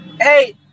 Hey